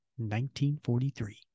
1943